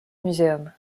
museum